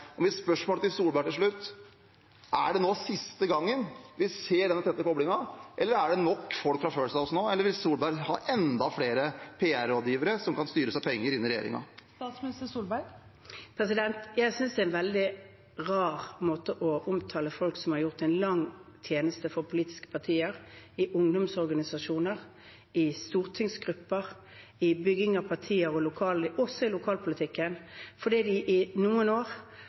Mitt spørsmål til statsminister Solberg til slutt: Er det nå siste gangen vi ser denne tette koblingen? Er det nok folk fra First House nå, eller vil Solberg ha enda flere PR-rådgivere som kan styres av penger, inn i regjeringen? Jeg synes det er en veldig rar måte å omtale folk som har gjort en lang tjeneste for politiske partier på – i ungdomsorganisasjoner, i stortingsgrupper, i bygging av partier, også i lokalpolitikken – fordi de i noen år